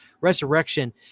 resurrection